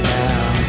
now